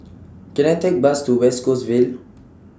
Can I Take Bus to West Coast Vale